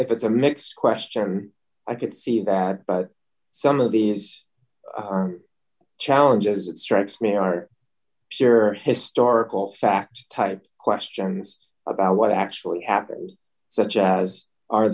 if it's a mixed question i could see that but some of these challenges it strikes me are sure historical facts type questions about what actually happened such as are